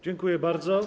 Dziękuję bardzo.